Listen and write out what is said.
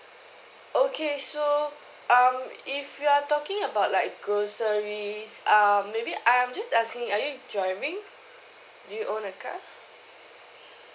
okay so um if you are talking about like groceries uh maybe I'm just asking are you driving do you own a car